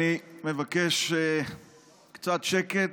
אני מבקש קצת שקט,